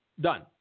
Done